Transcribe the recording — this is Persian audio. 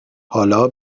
حالا